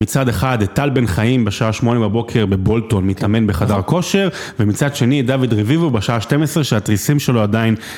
מצד אחד את טל בן חיים בשעה שמונה בבוקר בבולטון מתאמן בחדר כושר, ומצד שני דוד רביבו בשעה שתיים עשרה שהתריסים שלו עדיין